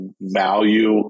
value